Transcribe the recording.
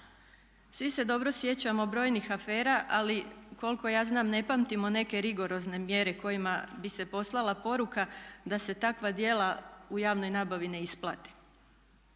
Svi se dobro sjećamo brojnih afera, ali koliko ja znam, ne pamtimo neke rigorozne mjere kojima bi se poslala poruka da se takva djela u javnoj nabavi ne isplate.